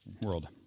world